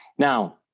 now,